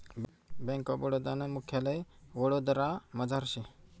bank of Baroda नं मुख्यालय वडोदरामझार शे